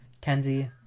Kenzie